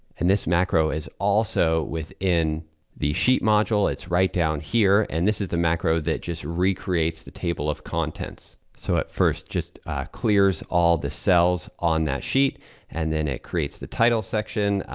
and this macro is also within the sheet module. it's right down here and this is the macro that just recreates the table of contents. so at first just clears all the cells on that sheet and then it creates the title section,